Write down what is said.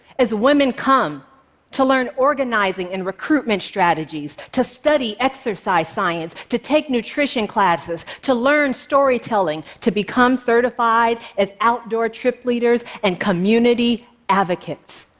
as women come to learn organizing and recruitment strategies, to study exercise science, to take nutrition classes, to learn storytelling, to become certified as outdoor trip leaders and community advocates.